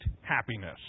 happiness